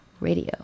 radio